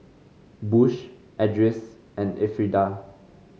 Bush Edris and Elfrieda